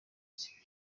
iki